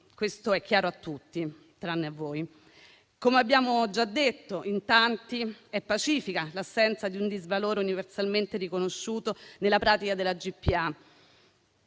Questo è chiaro a tutti, tranne a voi. Come abbiamo già detto in tanti, è pacifica l'assenza di un disvalore universalmente riconosciuto nella pratica della GPA,